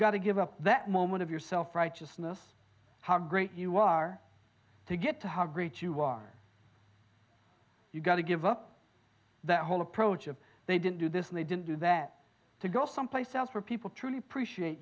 got to give up that moment of your self righteousness how great you are to get to how great you are you've got to give up that whole approach of they didn't do this and they didn't do that to go someplace else where people truly appreciate